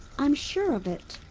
i'm sure of it.